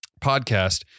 podcast